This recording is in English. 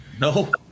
No